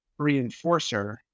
reinforcer